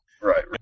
Right